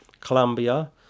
Colombia